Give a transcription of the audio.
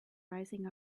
rising